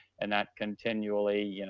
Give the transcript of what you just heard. and that continually, you